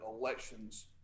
elections